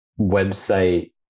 website